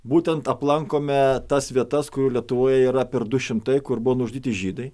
būtent aplankome tas vietas kurių lietuvoje yra per du šimtai kur buvo nužudyti žydai